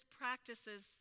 practices